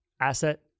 asset